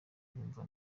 bumva